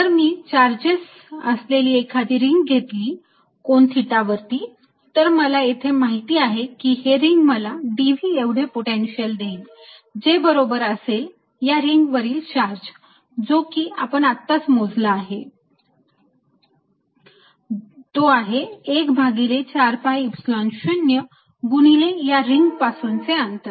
जर मी चार्जेस असलेली एखादी रिंग घेतली कोन थिटा वरती तर मला इथे माहिती आहे की हे रिंग मला dv एवढे पोटेन्शिअल देईल जे बरोबर असेल या रिंग वरील चार्ज जो की आपण आत्ताच मोजला आहे 1 भागिले 4 pi Epsilon 0 गुणिले या रिंग पासूनचे अंतर